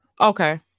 Okay